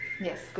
Yes